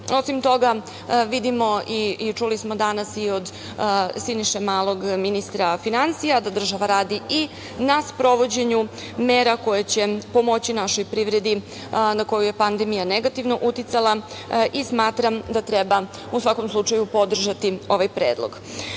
toga, vidimo i čuli smo danas i od Siniše Malog ministra finansija da država radi i na sprovođenju mera koje će pomoći našoj privredi na koju je pandemija negativno uticala i smatram da treba u svakom slučaju podržati ovaj predlog. Još